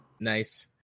nice